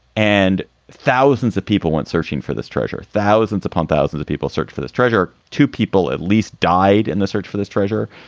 and thousands of people went searching for this treasure. thousands upon thousands of people search for this treasure. two people at least died in the search for this treasure.